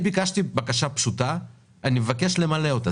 ביקשתי בקשה פשוטה ואני מבקש למלא אותה.